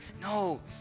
no